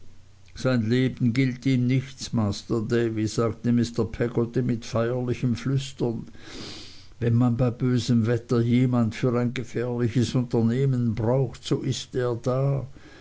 sein leben gilt ihm nichts masr davy sagte mr peggotty mit feierlichem flüstern wenn man bei bösem wetter jemand für ein gefährliches unternehmen braucht so ist er da